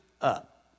up